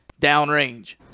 downrange